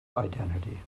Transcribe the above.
identity